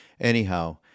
Anyhow